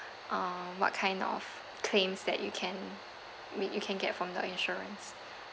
uh what kind of claims that you can make you can get from the insurance